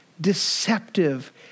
deceptive